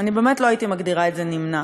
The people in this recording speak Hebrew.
אני באמת לא הייתי מגדירה את זה "נמנע".